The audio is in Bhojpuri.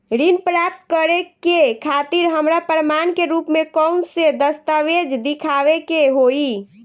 ऋण प्राप्त करे के खातिर हमरा प्रमाण के रूप में कउन से दस्तावेज़ दिखावे के होइ?